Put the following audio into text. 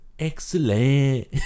Excellent